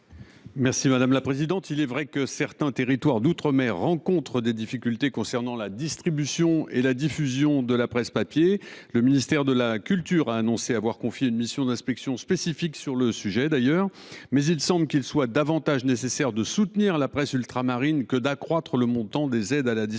l’avis de la commission ? Il est vrai que certains territoires d’outre mer rencontrent des difficultés concernant la distribution et la diffusion de la presse papier. Le ministère de la culture a annoncé qu’il avait confié une mission d’inspection spécifique sur le sujet. Mais il semble qu’il soit davantage nécessaire de soutenir la presse ultramarine que d’accroître le montant des aides à la distribution,